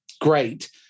great